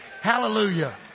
Hallelujah